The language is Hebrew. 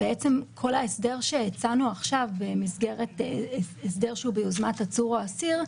בעצם כל ההסדר שהצענו עכשיו במסגרת הסדר שהוא ביוזמת עצור או אסיר,